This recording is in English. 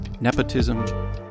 nepotism